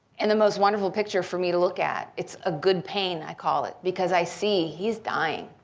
and the most wonderful picture for me to look at. it's a good pain, i call it, because i see he's dying,